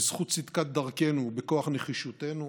בזכות צדקת דרכנו ובכוח נחישותנו